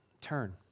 turn